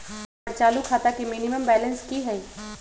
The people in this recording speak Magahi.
हमर चालू खाता के मिनिमम बैलेंस कि हई?